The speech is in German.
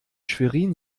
schwerin